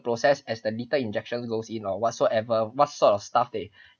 process as the lethal injections goes in or whatsoever what sort of stuff they